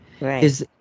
Right